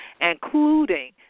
including